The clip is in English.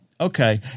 okay